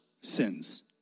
sins